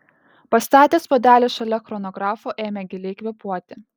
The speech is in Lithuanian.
pastatęs puodelį šalia chronografo ėmė giliai kvėpuoti